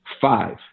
five